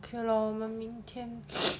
okay lor 我们明天